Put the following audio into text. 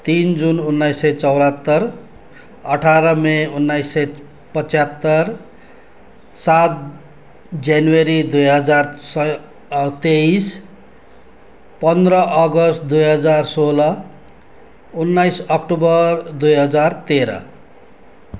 तिन जुन उन्नाइस सय चौहत्तर अठार मे उन्नाइस सय पचहत्तर सात जनवरी दुई हजार स तेइस पन्ध्र अगस्ट दुई हजार सोह्र उन्नाइस अक्टोबर दुई हजार तेह्र